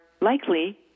likely